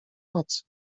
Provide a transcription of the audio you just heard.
nocy